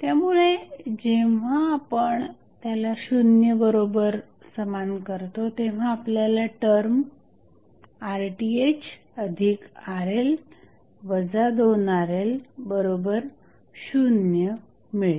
त्यामुळे जेव्हा आपण त्याला 0 बरोबर समान करतो तेव्हा आपल्याला टर्म RThRL 2RL0 मिळते